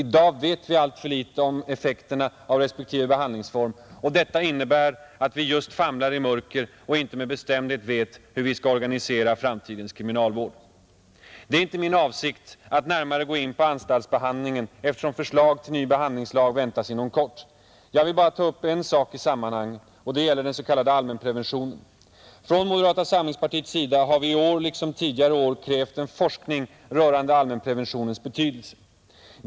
I dag vet vi alltför litet om effekterna av respektive behandlingsform, och detta innebär att vi just famlar i mörker och inte med bestämdhet vet hur vi skall organisera framtidens kriminalvårdspolitik. Det är inte min avsikt att närmare gå in på anstaltsbehandlingen eftersom förslag till ny behandlingslag väntas inom kort. Jag vill bara ta upp en sak i sammanhanget, och det gäller den s.k. allmänpreventionen. Från moderata samlingspartiets sida har vi i år liksom tidigare år krävt en forskning rörande allmänpreventionens betydelse.